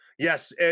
Yes